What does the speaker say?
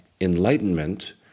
enlightenment